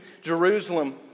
Jerusalem